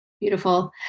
beautiful